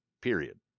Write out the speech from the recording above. period